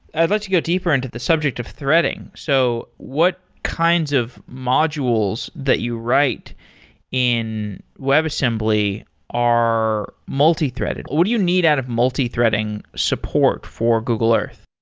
i'd like to go deeper into the subject of threading. so what kinds of modules that you write in webassembly are multi-threaded? what do you need out of multi-threading support for google earth?